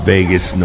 Vegas